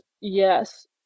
yes